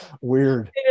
weird